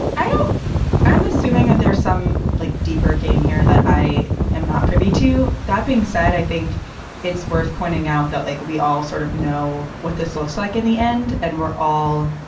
i'm assuming that there's some like deeper game here that i am not privy to. that being said, i think it's worth pointing out that like we all sort of know what this looks like in the end and we're all